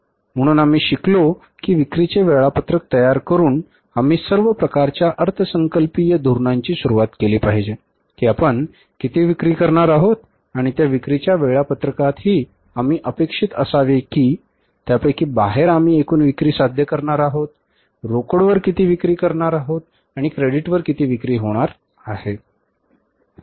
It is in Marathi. म्हणून आम्ही शिकलो की विक्रीचे वेळापत्रक तयार करून आम्ही सर्व प्रकारच्या अर्थसंकल्पीय धोरणांची सुरुवात केली पाहिजे की आपण किती विक्री करणार आहोत आणि त्या विक्रीच्या वेळापत्रकातही आम्ही अपेक्षित असावे की त्यापैकी बाहेर आम्ही एकूण विक्री साध्य करणार आहोत रोकड वर किती विक्री होणार आहेत आणि क्रेडिटवर किती विक्री होणार आहे